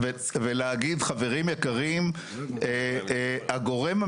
היא בעצם אומרת